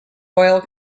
oil